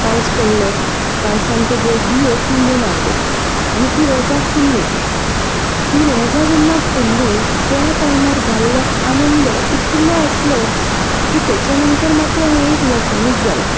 पावस पडलो आनी पावसांत त्यो बियो किल्लून आयल्यो आनी तीं रोजां फुल्लीं तीं रोजां जेन्ना फुल्लीं त्या टायमार जाल्लो आनंद इतलो आसलो की तेच्या नंतर मात्र हें एक व्यसनूच जालें